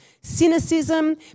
cynicism